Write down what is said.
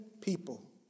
people